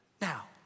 Now